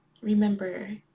remember